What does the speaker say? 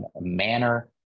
manner